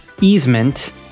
easement